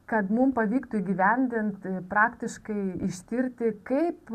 kad mum pavyktų įgyvendint praktiškai ištirti kaip